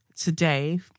today